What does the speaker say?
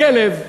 הכלב,